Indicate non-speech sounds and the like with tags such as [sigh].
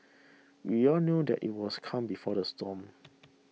we all knew that it was calm before the storm [noise]